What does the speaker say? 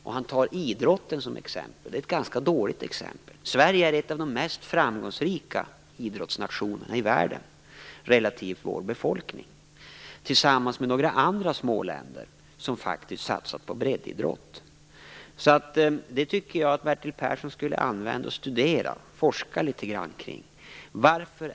Han nämner idrotten som exempel. Men det är ett ganska dåligt exempel. Sverige är en av de mest framgångsrika idrottsnationerna i världen sett till vår befolkning. I likhet med några andra småländer satsar vi på breddidrott. Jag tycker att Bertil Persson skulle forska litet grand kring detta.